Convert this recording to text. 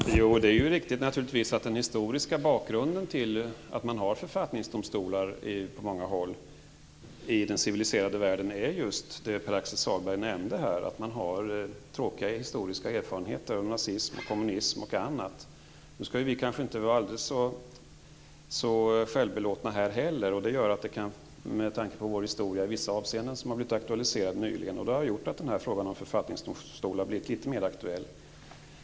Fru talman! Det är naturligtvis riktigt att den historiska bakgrunden till att man har författningsdomstolar på många håll i den civiliserade världen är just den som Pär-Axel Sahlberg nämnde, nämligen tråkiga historiska erfarenheter av nazism, kommunism och annat. Vi här i Sverige skall kanske inte vara så självbelåtna vi heller, med tanke på vår historia i vissa avseenden som har blivit aktualiserad nyligen. Detta har gjort att frågan om författningsdomstolar har blivit litet mer aktuell.